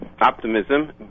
optimism